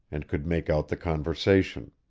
and could make out the conversation.